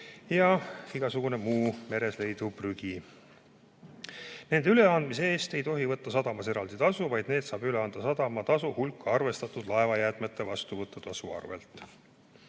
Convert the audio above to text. ja igasugune muu meresõiduprügi. Nende üleandmise eest ei tohi võtta sadamas eraldi tasu, vaid need saab üle anda sadamatasu hulka arvestatud laevajäätmete vastuvõtmise tasu